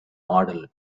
model